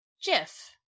Jiff